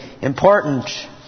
important